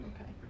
Okay